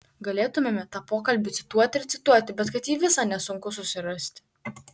galėtumėme tą pokalbį cituoti ir cituoti bet kad jį visą nesunku susirasti